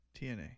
TNA